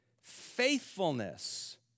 faithfulness